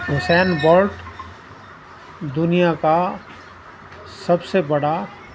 Usain Bolt دنیا کا سب سے بڑا